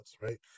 right